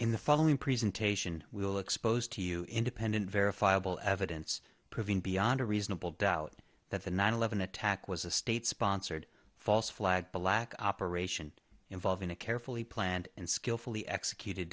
in the following presentation we will expose to you independent verifiable evidence proving beyond a reasonable doubt that the nine eleven attack was a state sponsored false flag black operation involving a carefully planned and skillfully executed